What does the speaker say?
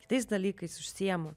kitais dalykais užsiimu